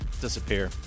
disappear